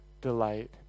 delight